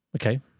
okay